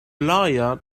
lawyer